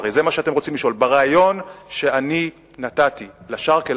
הרי זה מה שאתם רוצים לשאול: בריאיון שאני נתתי ל"א-שרק אל-אווסט"